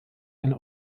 ein